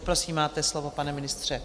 Prosím, máte slovo pane ministře.